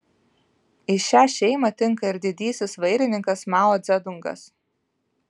į šią šeimą tinka ir didysis vairininkas mao dzedungas